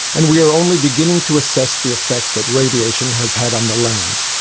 and we are only beginning to assess the effect that radiation has had on the land.